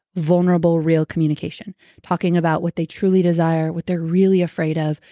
vulnerable, real communication talking about what they truly desire, what they're really afraid of,